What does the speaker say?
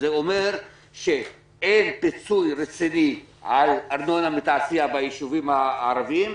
זה אומר שאין פיצוי רציני על ארנונה מתעשייה ביישובים הערבים,